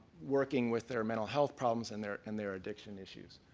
working with their mental health problems and their and their addiction issues.